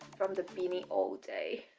from the beanie all day